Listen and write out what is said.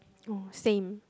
oh same